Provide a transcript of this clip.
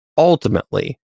Ultimately